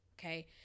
Okay